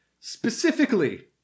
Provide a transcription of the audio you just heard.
Specifically